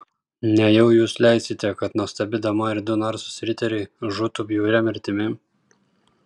nejau jūs leisite kad nuostabi dama ir du narsūs riteriai žūtų bjauria mirtimi